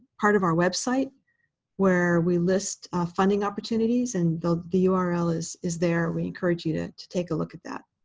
part of our website where we list funding opportunities, and the the ah url is is there. we encourage you to to take a look at that.